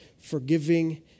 Forgiving